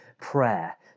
prayer